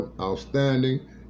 outstanding